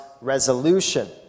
resolution